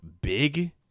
big